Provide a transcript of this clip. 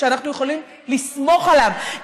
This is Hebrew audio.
שאנחנו יכולים לסמוך עליו,